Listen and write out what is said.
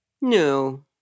No